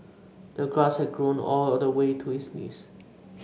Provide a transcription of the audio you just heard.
the grass had grown all the way to his knees